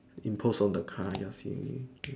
impose on the car ya